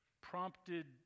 prompted